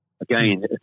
Again